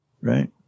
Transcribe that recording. Right